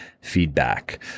feedback